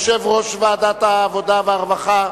יושב-ראש ועדת העבודה והרווחה.